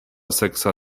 seksa